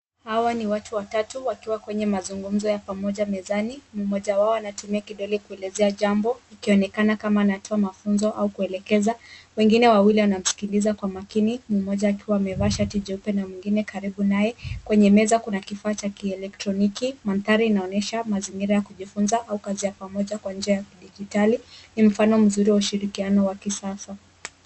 Hawa ni watu watatu wakiwa kwenye mazungumzo ya pamoja mezani, mmoja wao anatumia kidole kuelezea jambo ikionekana kama anatoa mafunzo au kuelekeza. Wengine wawili wanamsikiliza kwa makini mmoja akiwa amevaa shati jeupe na mwingine karibu naye. Kwenye meza kuna kifaa cha kieletroniki mandhari inaonyesha mazingira ya kujifunza au kazi ya pamoja kwa njia ya kidigitali, ni mfano mzuri wa ushirikiano wa kisasa.